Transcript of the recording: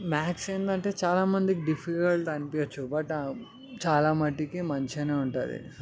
maths ఏంటంటే చాలామందికి difficult అనిపించవచ్చు బట్ చాలా మటుకి మంచిగా ఉంటుంది